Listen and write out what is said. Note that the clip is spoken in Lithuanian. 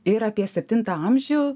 ir apie septintą amžių